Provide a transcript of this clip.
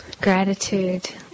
gratitude